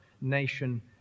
nation